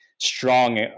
strong